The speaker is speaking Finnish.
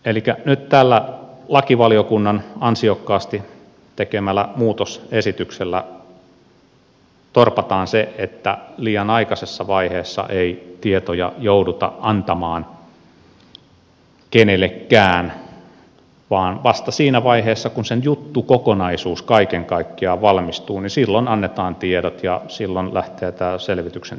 elikkä nyt tällä lakivaliokunnan ansiokkaasti tekemällä muutosesityksellä torpataan se että liian aikaisessa vaiheessa ei tietoja jouduta antamaan kenellekään vaan vasta siinä vaiheessa kun se juttukokonaisuus kaiken kaikkiaan valmistuu annetaan tiedot ja silloin lähtee tämä selvityksen teko